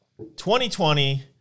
2020